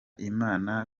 imana